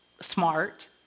smart